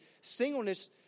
singleness